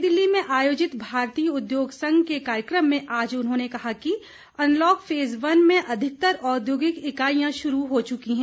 नई दिल्ली में आयोजित भारतीय उद्योग संघ के कार्यक्रम में आज उन्होंने कहा कि अनलॉक फेज वन में अधिकतर औद्योगिक इकाईयां शुरू हो चुकी हैं